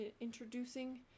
introducing